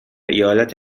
ایالت